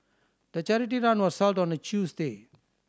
the charity run was held on a Tuesday